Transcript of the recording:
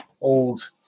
old